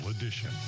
edition